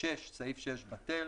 סעיף 6 בטל.